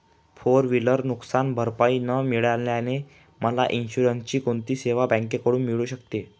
Four wheeler नुकसानभरपाई न मिळाल्याने मला इन्शुरन्सची कोणती सेवा बँकेकडून मिळू शकते?